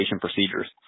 procedures